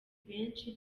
benshi